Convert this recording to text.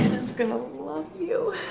gonna love you.